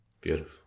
Beautiful